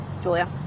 Julia